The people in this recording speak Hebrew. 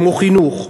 כמו חינוך,